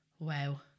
Wow